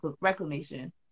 Reclamation